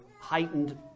heightened